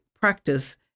practice